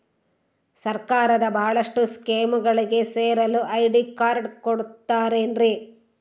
ಸರ್ಕಾರದ ಬಹಳಷ್ಟು ಸ್ಕೇಮುಗಳಿಗೆ ಸೇರಲು ಐ.ಡಿ ಕಾರ್ಡ್ ಕೊಡುತ್ತಾರೇನ್ರಿ?